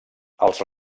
els